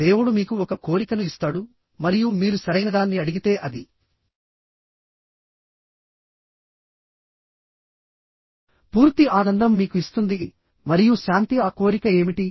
దేవుడు మీకు ఒక కోరికను ఇస్తాడు మరియు మీరు సరైనదాన్ని అడిగితే అది పూర్తి ఆనందం మీకు ఇస్తుంది మరియు శాంతి ఆ కోరిక ఏమిటి